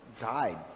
died